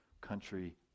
country